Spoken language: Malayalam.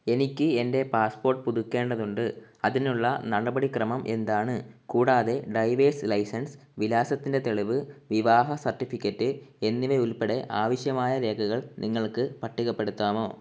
എനിക്ക് എൻ്റെ പാസ്പോർട്ട് പുതുക്കേണ്ടതുണ്ട് അതിനുള്ള നടപടിക്രമം എന്താണ് കൂടാതെ ഡ്രൈവേർസ് ലൈസൻസ് വിലാസത്തിൻ്റെ തെളിവ് വിവാഹ സർട്ടിഫിക്കറ്റ് എന്നിവയുൾപ്പെടെ ആവശ്യമായ രേഖകൾ നിങ്ങൾക്ക് പട്ടികപ്പെടുത്താമോ